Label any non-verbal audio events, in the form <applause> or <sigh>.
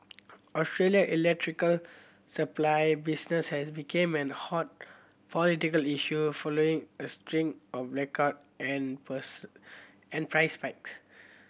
Australia electrical supply business has became an hot political issue following a string of blackout and <unintelligible> and price spikes